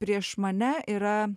prieš mane yra